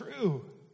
true